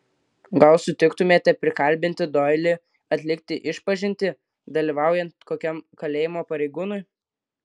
gal sutiktumėte prikalbinti doilį atlikti išpažintį dalyvaujant kokiam kalėjimo pareigūnui